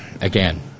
again